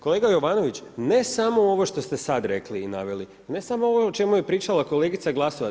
Kolega Jovanović, ne samo ovo što ste sad rekli i naveli, ne samo ovo o čemu je pričala kolegica Glasovac.